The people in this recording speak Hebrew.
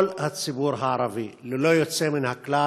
כל הציבור הערבי ללא יוצא מן הכלל